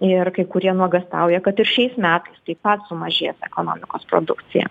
ir kai kurie nuogąstauja kad ir šiais metais taip pat sumažės ekonomikos produkcija